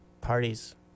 parties